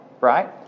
right